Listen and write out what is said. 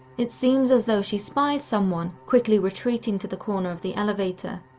it seems as though she spies someone, quickly retreating to the corner of the elevator.